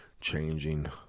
changing